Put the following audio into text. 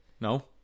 no